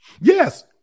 Yes